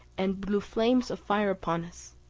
and blew flames of fire upon us.